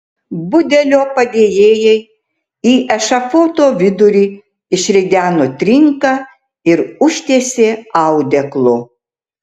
budelio padėjėjai į ešafoto vidurį išrideno trinką ir užtiesė audeklu